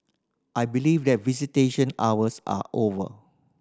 I believe that visitation hours are over